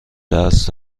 درس